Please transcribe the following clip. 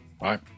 Bye